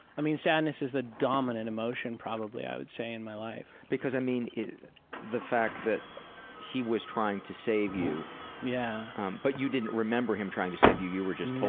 i mean sadness is the dominant emotion probably i would say in my life. because i mean the fact that he was trying to save you yeah but you didn't remember him trying to save you, you were just told